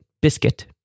Biscuit